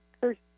first